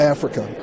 Africa